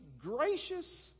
gracious